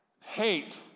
hate